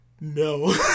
No